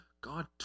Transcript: God